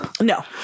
No